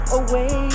away